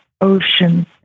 ocean